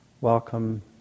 Welcome